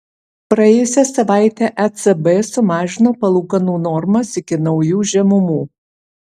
praėjusią savaitę ecb sumažino palūkanų normas iki naujų žemumų